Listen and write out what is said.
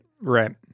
Right